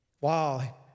Wow